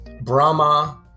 Brahma